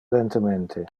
lentemente